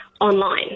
online